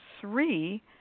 three